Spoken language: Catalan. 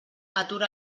atura